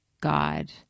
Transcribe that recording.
God